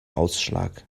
ausschlag